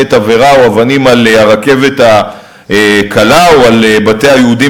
תבערה או אבנים על הרכבת הקלה או על בתי היהודים